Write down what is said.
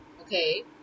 okay